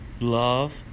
love